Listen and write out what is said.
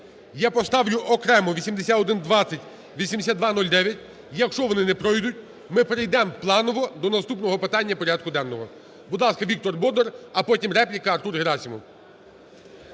я поставлю окремо 8120, 8209. Якщо вони не пройдуть, ми перейдемо, планово, до наступного питання порядку денного. Будь ласка, Віктор Бондар, а потім репліка – Артур Герасимов.